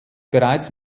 bereits